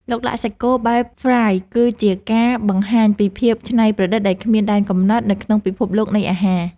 ឡុកឡាក់សាច់គោបែបហ្វ្រាយស៍គឺជាការបង្ហាញពីភាពច្នៃប្រឌិតដែលគ្មានដែនកំណត់នៅក្នុងពិភពលោកនៃអាហារ។